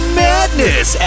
madness